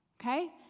okay